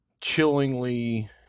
chillingly